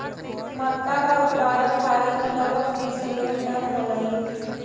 मक्का का उत्पादन भारत में लगभग बीस मिलियन टन होलई